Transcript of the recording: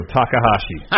Takahashi